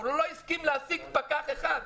אבל הוא לא הסכים להעסיק פקח אחד.